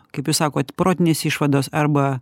kaip jūs sakot protinės išvados arba